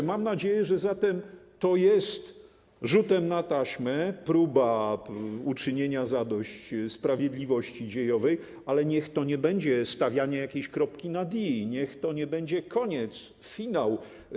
Mam zatem nadzieję, że to jest rzutem na taśmę próba uczynienia zadość sprawiedliwości dziejowej, ale niech to nie będzie stawianie jakiejś kropki nad i, niech to nie będzie koniec, finał.